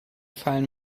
fallen